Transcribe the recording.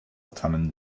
tannen